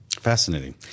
Fascinating